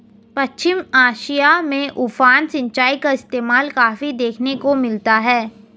पश्चिम Asia में उफान सिंचाई का इस्तेमाल काफी देखने को मिलता है